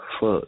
fuck